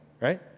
right